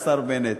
השר בנט.